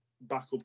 backup